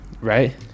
right